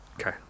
Okay